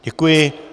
Děkuji.